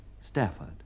Stafford